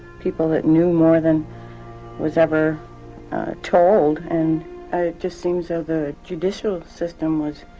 people that knew more than was ever told, and it just seems that the judicial system was